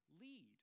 lead